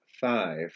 five